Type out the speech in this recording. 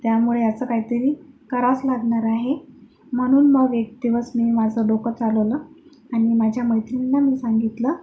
त्यामुळे याचं काहीतरी करावंच लागणार आहे म्हणून मग एक दिवस मी माझं डोकं चालवलं आणि माझ्या मैत्रिणींना मी सांगितलं